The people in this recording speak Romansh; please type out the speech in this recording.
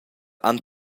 han